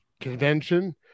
convention